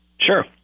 sure